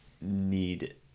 need